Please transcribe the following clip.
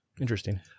Interesting